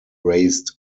raised